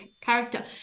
character